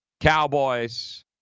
Cowboys